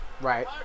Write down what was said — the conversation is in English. Right